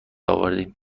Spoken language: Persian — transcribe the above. آوردیم